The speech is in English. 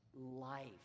life